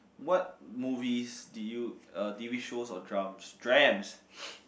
what movies did you uh t_v shows or drums drams